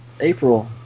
April